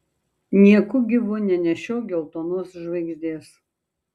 nieku gyvu nenešiok geltonos žvaigždės